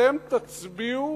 אתם תצביעו